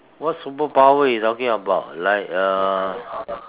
what superpower you talking about like uh